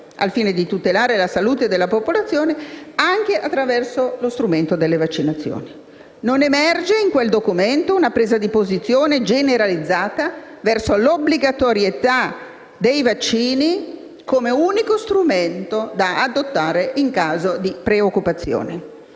al fine di tutelare la salute della popolazione, anche attraverso lo strumento delle vaccinazioni. Non emerge in quel documento una presa di posizione chiara e generalizzata verso l'obbligatorietà dei vaccini come unico strumento da adottare in caso di preoccupazione,